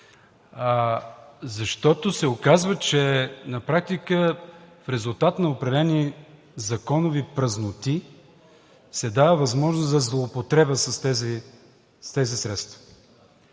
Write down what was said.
Защото се оказва, че на практика, в резултат на определени законови празноти, се дава възможност за злоупотреба с тези средства.